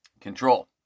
control